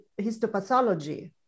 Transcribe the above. histopathology